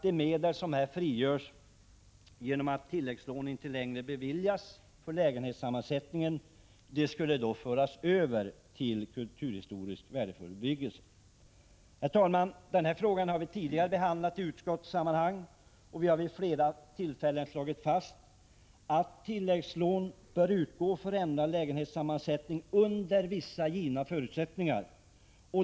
De medel som här frigörs, genom att tilläggslån inte längre beviljas för lägenhetssammansättningar, skall föras över till ramen för kulturhistoriskt värdefull bebyggelse. Herr talman! Den här frågan har vi tidigare behandlat i utskottet vid flera tillfällen och då slagit fast att tilläggslån bör utgå för ändrad lägenhetssammansättning, under vissa givna förutsättningar.